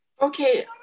Okay